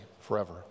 forever